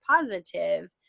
positive